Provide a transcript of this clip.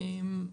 אוקיי.